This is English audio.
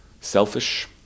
selfish